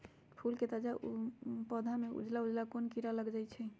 फूल के पौधा में उजला उजला कोन किरा लग जई छइ?